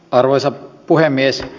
arvoisa puhemies